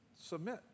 Submit